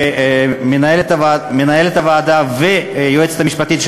למנהלת הוועדה וליועצת המשפטית של